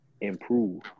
improve